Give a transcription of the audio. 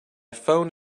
phone